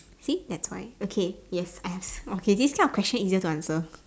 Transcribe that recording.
see that's why okay yes I ask okay these kind of question easier to answer